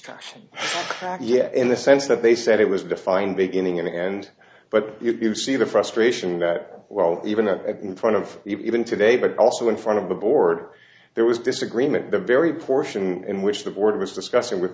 back yet in the sense that they said it was defined beginning and end but you see the frustration that well even a in front of even today but also in front of the board there was disagreement at the very portion in which the board was discussing with